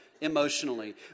emotionally